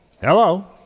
Hello